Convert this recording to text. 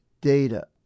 data